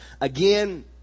Again